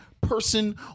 person